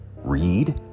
read